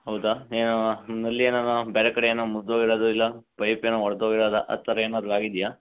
ಹೌದಾ ನಿಮ್ಮಲ್ಲಿ ಏನನ ಬೇರೆ ಕಡೆ ಏನನ ಮುರ್ದೋಗಿರೋದು ಇಲ್ಲ ಪೈಪ್ ಏನೋ ಓಡ್ದೊಗಿರೋದು ಆ ಥರ ಏನಾದರೂ ಆಗಿದೆಯಾ